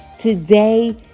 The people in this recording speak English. Today